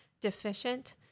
deficient